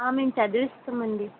మేము చదివిస్తామండీ